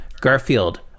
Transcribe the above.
Garfield